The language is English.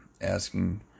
asking